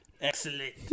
excellent